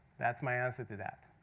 that's my answer to that.